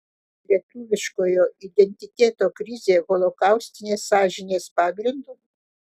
lietuviškojo identiteto krizė holokaustinės sąžinės pagrindu